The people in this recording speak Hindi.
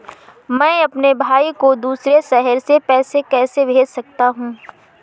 मैं अपने भाई को दूसरे शहर से पैसे कैसे भेज सकता हूँ?